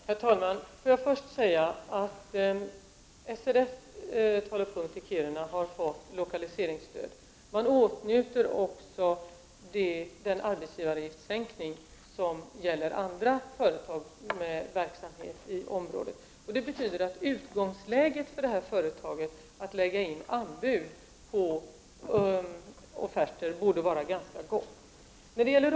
Herr talman! SRF Tal & Punkt i Kiruna har fått lokaliseringsstöd. Företaget åtnjuter även den arbetsgivaravgiftssänkning som gäller för andra företag med verksamhet i området. Detta betyder att företagets utgångsläge när det gäller att lägga in anbud på offerter borde vara ganska gott.